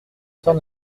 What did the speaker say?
sœur